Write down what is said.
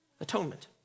atonement